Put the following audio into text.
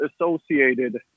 associated